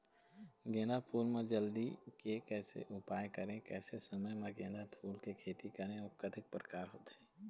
गेंदा फूल मा जल्दी के कैसे उपाय करें कैसे समय मा गेंदा फूल के खेती करें अउ कतेक प्रकार होथे?